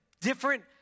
different